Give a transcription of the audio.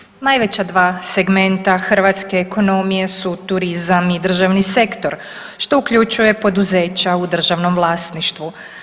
Poštovani najveća dva segmenta hrvatske ekonomije su turizam i državni sektor što uključuje poduzeća u državnom vlasništvu.